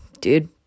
dude